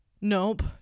nope